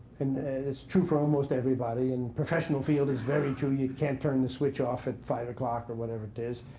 and it's true for almost everybody. in the professional field, it's very true. you can't turn the switch off at five o'clock or whatever it is.